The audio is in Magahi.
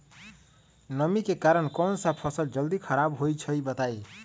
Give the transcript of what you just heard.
नमी के कारन कौन स फसल जल्दी खराब होई छई बताई?